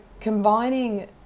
combining